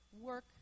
work